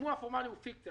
השימוע הפורמלי הוא פיקציה,